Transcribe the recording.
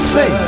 Say